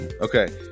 Okay